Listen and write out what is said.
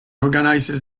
organizes